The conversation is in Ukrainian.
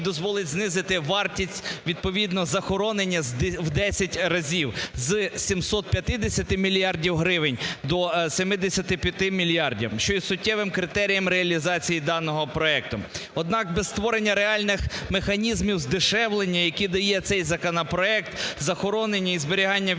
дозволить знизити вартість, відповідно захоронення в десять разів, з 750 мільярдів гривень до 75 мільярдів, що є суттєвим критерієм реалізації даного проекту. Однак без створення реальних механізмів здешевлення, які дає цей законопроект, захоронення і зберігання відходів